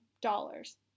dollars